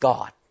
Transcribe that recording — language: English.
God